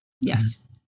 yes